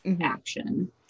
action